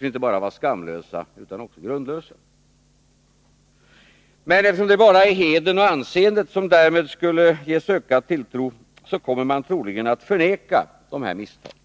inte bara var skamlösa utan också grundlösa. Eftersom det bara är hedern och anseendet som därmed skulle ges ökad tilltro, kommer man troligen att förneka de här misstagen.